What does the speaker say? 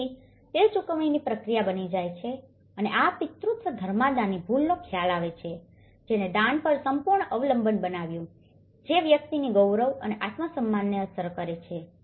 તેથી તે ચૂકવણીની પ્રક્રિયા બની જાય છે અને આ પિતૃત્વ ધર્માદાની ભૂલનો ખ્યાલ આવે છે જેણે દાન પર સંપૂર્ણ અવલંબન બનાવ્યું છે જે વસ્તીની ગૌરવ અને આત્મસન્માનને અસર કરે છે